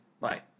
Bye